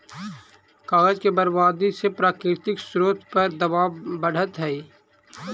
कागज के बर्बादी से प्राकृतिक स्रोत पर दवाब बढ़ऽ हई